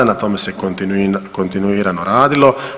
Na tome se kontinuirano radilo.